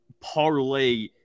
parlay